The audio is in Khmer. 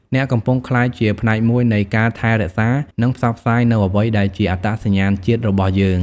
អ្នកកំពុងក្លាយជាផ្នែកមួយនៃការថែរក្សា និងផ្សព្វផ្សាយនូវអ្វីដែលជាអត្តសញ្ញាណជាតិរបស់យើង។